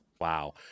Wow